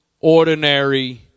ordinary